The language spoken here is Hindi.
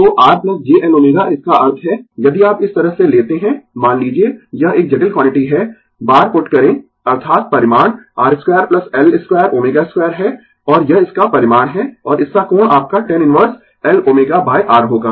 तो R j Lω इसका अर्थ है यदि आप इस तरह से लेते है मान लीजिए यह एक जटिल क्वांटिटी है बार पुट करें अर्थात परिमाण R 2 L 2ω2 है यह इसका परिमाण है और इसका कोण आपका tan इनवर्स L ω R होगा